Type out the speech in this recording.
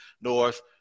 North